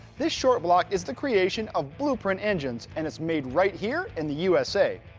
this short block is the creation of blueprint engines, and it's made right here in the u s a.